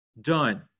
done